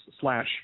slash